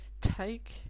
take